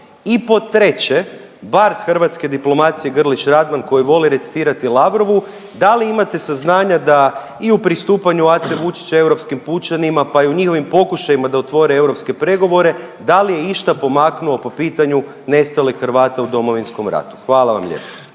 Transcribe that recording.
I pod treće, bard hrvatske diplomacije Grlić Radman koji voli recitirati Lavrovu da li imate saznanja da i u pristupanju Ace Vučića Europskim pučanima pa i u njihovim pokušajima da otvore europske pregovore da li je išta pomaknuo po pitanju nestalih Hrvata u Domovinskom ratu? Hvala vam lijepa.